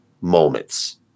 moments